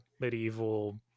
medieval